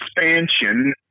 expansion